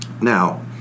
Now